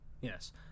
yes